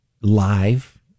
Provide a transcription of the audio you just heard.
live